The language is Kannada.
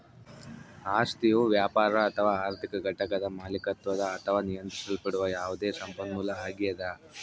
ಆಸ್ತಿಯು ವ್ಯಾಪಾರ ಅಥವಾ ಆರ್ಥಿಕ ಘಟಕದ ಮಾಲೀಕತ್ವದ ಅಥವಾ ನಿಯಂತ್ರಿಸಲ್ಪಡುವ ಯಾವುದೇ ಸಂಪನ್ಮೂಲ ಆಗ್ಯದ